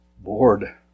bored